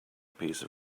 piece